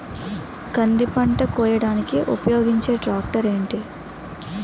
కంది పంట కోయడానికి ఉపయోగించే ట్రాక్టర్ ఏంటి?